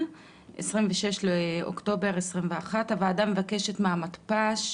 26 באוקטובר 2021. הוועדה מבקשת מהמתפ"ש: